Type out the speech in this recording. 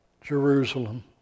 Jerusalem